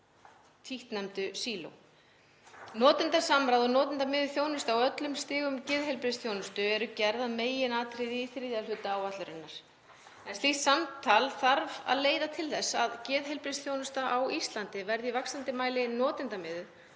títtnefndu síló. Notendasamráð og notendamiðuð þjónusta á öllum stigum geðheilbrigðisþjónustu er gerð að meginatriði í þriðja hluta áætlunarinnar en slíkt samtal þarf að leiða til þess að geðheilbrigðisþjónusta á Íslandi verði í vaxandi mæli notendamiðuð